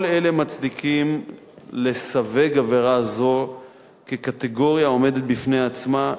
כל אלה מצדיקים לסווג עבירה זו כקטגוריה העומדת בפני עצמה,